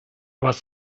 was